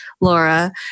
laura